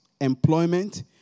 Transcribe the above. employment